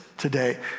today